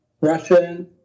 Russian